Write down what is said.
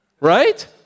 Right